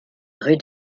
rue